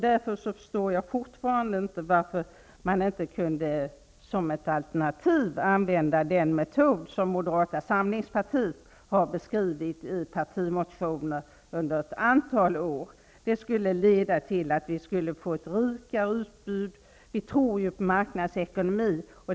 Därför förstår jag fortfarande inte varför man inte som ett alternativ skulle kunna använda den metod som Moderata samlingspartiet har beskrivit i partimotioner under ett antal år. Det skulle leda till att vi skulle få ett rikare utbud. Vi tror ju på marknadsekonomi.